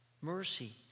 mercy